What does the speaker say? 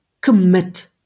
commit